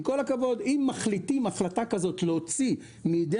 עם כל הכבוד אם מחליטים החלטה כזאת להוציא מידי